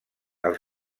els